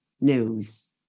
news